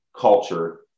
culture